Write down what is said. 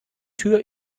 tür